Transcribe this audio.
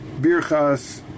Birchas